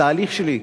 התהליך שלי,